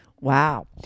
wow